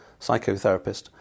psychotherapist